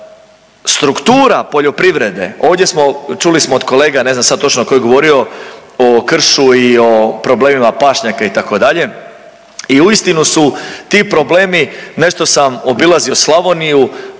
Struktura poljoprivrede, ovdje smo, čuli smo od kolega, ne znam sad točno tko je govorio o kršu i o problemima pašnjaka itd. i uistinu su ti problemi, nešto sam obilazio Slavoniju.